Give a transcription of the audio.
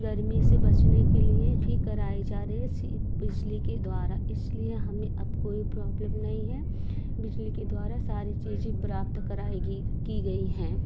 गर्मी से बचने के लिए भी कराई जा रही है एसी भी बिजली के द्वारा इसलिए हमें अब कोई प्रौब्लेम नहीं है बिजली के द्वारा सारी चीज़ें प्राप्त कराई गी की गई हैं